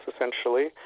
essentially